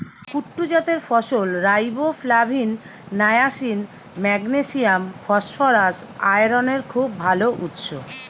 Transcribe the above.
কুট্টু জাতের ফসল riboflavin, niacin, magnesium, phosphorus, আয়রনের খুব ভাল উৎস